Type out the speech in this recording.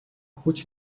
хүч